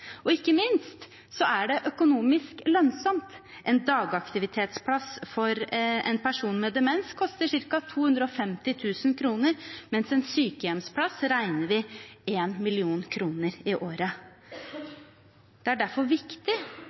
Og ikke minst er det økonomisk lønnsomt – en dagaktivitetsplass for en person med demens koster ca. 250 000 kr, mens til en sykehjemsplass beregner vi 1 mill. kr i året. Det er derfor viktig